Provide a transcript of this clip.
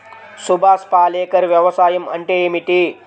సుభాష్ పాలేకర్ వ్యవసాయం అంటే ఏమిటీ?